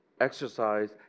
exercise